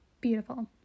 Beautiful